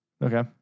Okay